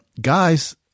guys